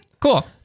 Cool